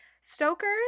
Stoker's